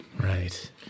Right